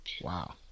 Wow